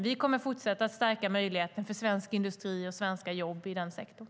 Vi kommer att fortsätta att stärka möjligheten för svensk industri och svenska jobb i den sektorn.